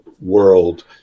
world